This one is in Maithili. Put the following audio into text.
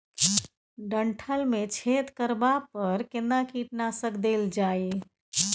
डंठल मे छेद करबा पर केना कीटनासक देल जाय?